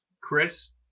Chris